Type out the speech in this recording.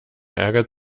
ärgert